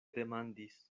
demandis